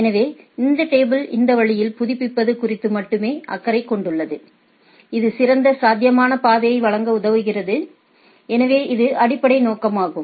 எனவே இந்த டேபிள் இந்த வழியில் புதுப்பிப்பது குறித்து மட்டுமே அக்கறை கொண்டுள்ளது இது சிறந்த சாத்தியமான பாதையை வழங்க உதவுகிறது எனவே இது அடிப்படை நோக்கமாகும்